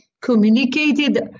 communicated